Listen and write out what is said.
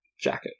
jacket